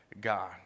God